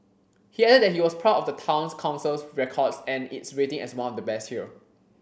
he added that he was proud of the Town Council's records and its rating as one of the best here